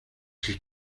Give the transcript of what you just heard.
she